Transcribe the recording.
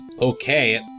okay